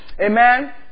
Amen